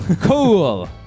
Cool